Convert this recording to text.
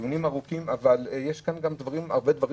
תודה רבה על